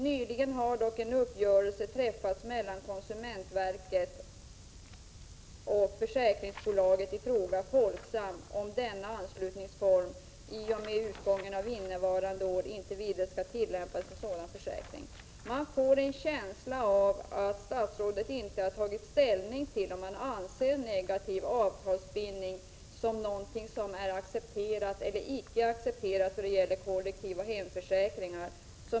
Nyligen har dock en uppgörelse träffats mellan konsumentverket och försäkringsbolaget i fråga, Folksam, om att denna anslutningsform i och med utgången av innevarande år inte vidare skall tillämpas på sådan försäkring.” Man får en känsla av att statsrådet inte har tagit ställning till om han anser negativ avtalsbindning vid kollektiva hemförsäkringar som något accepterat eller inte.